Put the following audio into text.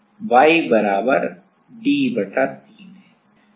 यह y बराबर d बटा 3 है